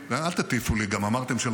שאנחנו עושים --- אבל אמרת --- אנחנו